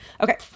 Okay